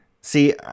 see